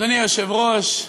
אדוני היושב-ראש,